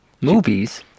Movies